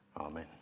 Amen